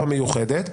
המיוחדת.